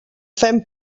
fem